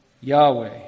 Yahweh